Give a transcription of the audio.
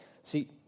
See